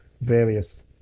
various